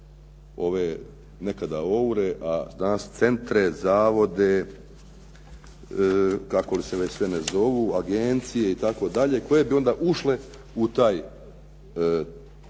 ove nekada OUR-e, a danas centre, zavode, kako li se sve više ne zovu agencije itd. koje bi onda ušle u taj centar